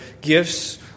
gifts